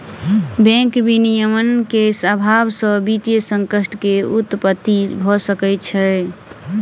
bank विनियमन के अभाव से वित्तीय संकट के उत्पत्ति भ सकै छै